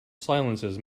silences